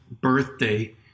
birthday